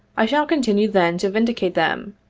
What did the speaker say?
i shall continue, then, to vindicate them,